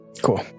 Cool